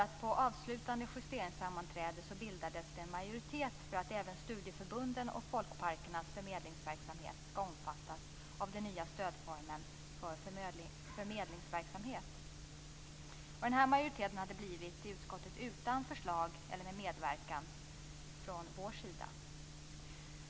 På det avslutande justeringssammanträdet bildades det en majoritet för att även studieförbunden och folkparkernas förmedlingsverksamhet skall omfattas av den nya stödformen för förmedlingsverksamhet. Den här majoriteten hade bildats i utskottet utan förslag eller medverkan från vår sida.